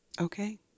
Okay